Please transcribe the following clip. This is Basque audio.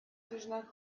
tresnak